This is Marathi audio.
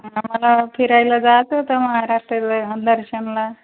आम्हाला फिरायला जायचं होतं महाराष्ट्र दर्शनला